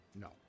No